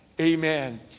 Amen